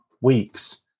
weeks